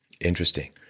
Interesting